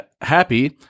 happy